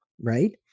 right